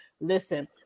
listen